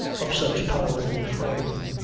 of such powerful frame,